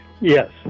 Yes